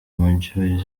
mujyi